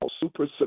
super